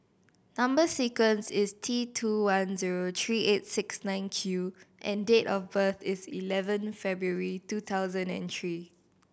number sequence is T two one zero three eight six nine Q and date of birth is eleven February two thousand and three